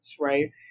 Right